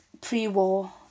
pre-war